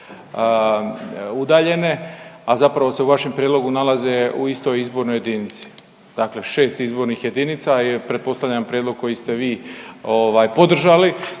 udaljene, a zapravo se u vašem prijedlogu nalaze u istoj izbornoj jedinici. Dakle, 6 izbornih jedinica je pretpostavljam prijedlog koji ste vi ovaj podržali,